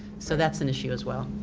so that's an issue as well.